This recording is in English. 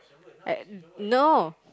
I no